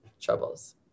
troubles